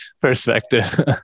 perspective